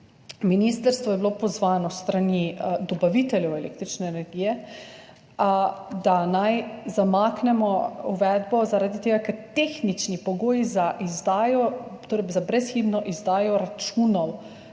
Ministrstvo je bilo pozvano s strani dobaviteljev električne energije, da naj zamaknemo uvedbo zaradi tega, ker tehnični pogoji za izdajo, torej za brezhibno izdajo računov